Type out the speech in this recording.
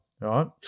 right